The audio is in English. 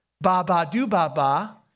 Ba-ba-do-ba-ba